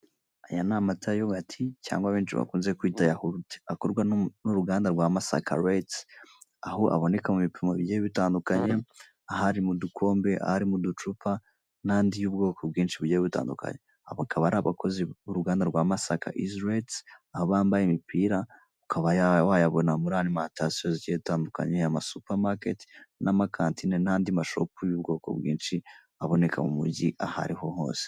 Aya ni amata yogati cyangwa abenshi bakunze kwita yahurute, akorwa n'uruganda rw'amasaka retsi, aho aboneka mu bipimo bigiye bitandukanye aha ari mu dukombe, ari mu ducupa, n'andi y'ubwoko bwinshi bugiye butandukanye, aba akaba ari abakozi b'uruganda rw'amasaka iziretsi aba bambaye imipira, ukaba wayabona muri arimantasiyo zigiye zitandukanye, amasupamaketi n'amakantine n'andi mashopu y'ubwoko bwinshi aboneka mu mujyi aho ariho hose.